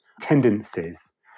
tendencies